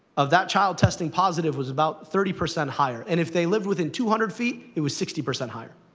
of that child testing positive was about thirty percent higher. and if they lived within two hundred feet, it was sixty percent higher,